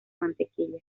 mantequilla